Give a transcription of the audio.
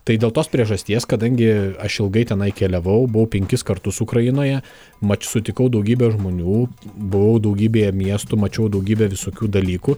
tai dėl tos priežasties kadangi aš ilgai tenai keliavau buvau penkis kartus ukrainoje mat sutikau daugybę žmonių buvau daugybėje miestų mačiau daugybę visokių dalykų